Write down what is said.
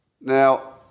Now